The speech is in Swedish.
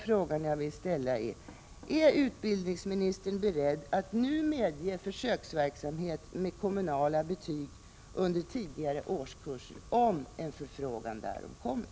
Är utbildningsministern beredd att nu medge försöksverksamhet med kommunala betyg under tidigare årskurser, om en förfrågan därom kommer?